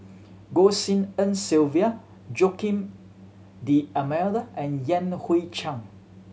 Goh Tshin En Sylvia Joaquim D'Almeida and Yan Hui Chang